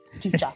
teacher